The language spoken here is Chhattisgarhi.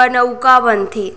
बनउका बनथे